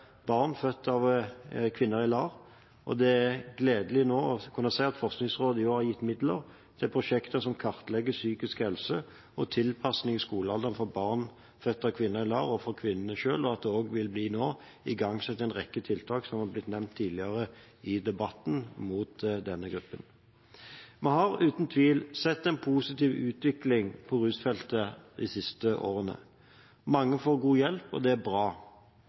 barn født av kvinner i LAR, og det er gledelig nå å kunne si at Forskningsrådet har gitt midler til prosjekter som kartlegger psykisk helse og tilpasning i skolealderen for barn født av kvinner i LAR, og for kvinnene selv, og at det nå også vil bli igangsatt en rekke tiltak, som nevnt tidligere i debatten, overfor denne gruppen. Vi har uten tvil sett en positiv utvikling på rusfeltet de siste årene. Mange får god hjelp, og det er bra,